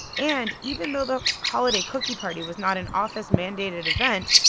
and even though the holiday cookie party was not an office-mandated event,